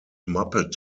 muppet